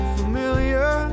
familiar